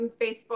Facebook